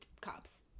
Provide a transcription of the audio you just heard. cops